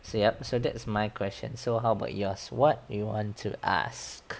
so yup so that's my question so how about yours what you want to ask